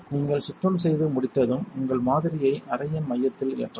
நீங்கள் சுத்தம் செய்து முடித்ததும் உங்கள் மாதிரியை அறையின் மையத்தில் ஏற்றலாம்